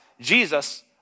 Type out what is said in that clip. Jesus